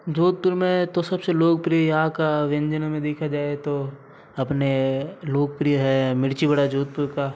जोधपुर में तो सबसे लोकप्रिय यहाँ का व्यंजनों में देखा जाए तो अपने लोकप्रिय मिर्ची बड़ा जोधपुर का